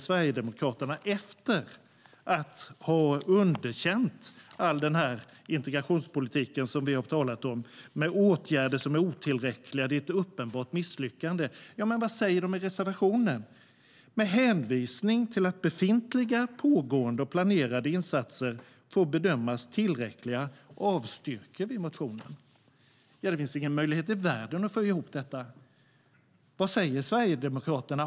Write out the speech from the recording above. Sverigedemokraterna underkänner all integrationspolitik som vi har talat om - åtgärderna är otillräckliga; det är ett uppenbart misslyckande. Men vad säger de i reservationen? "Med hänvisning till att befintliga, pågående och planerade insatser får bedömas tillräckliga" avstyrker de motionen. Det finns ingen möjlighet i världen att få ihop detta. Vad säger Sverigedemokraterna?